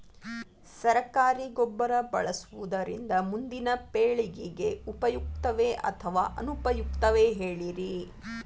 ಸರಕಾರಿ ಗೊಬ್ಬರ ಬಳಸುವುದರಿಂದ ಮುಂದಿನ ಪೇಳಿಗೆಗೆ ಉಪಯುಕ್ತವೇ ಅಥವಾ ಅನುಪಯುಕ್ತವೇ ಹೇಳಿರಿ